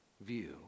view